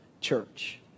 church